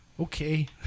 Okay